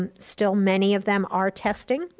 um still many of them are testing,